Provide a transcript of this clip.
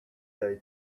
day